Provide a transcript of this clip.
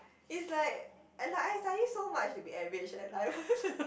is like I like I study so much to be average eh like